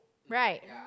right